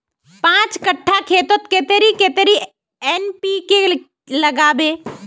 पाँच कट्ठा खेतोत कतेरी कतेरी एन.पी.के के लागबे?